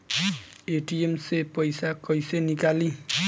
ATM से पइसा कइसे निकली?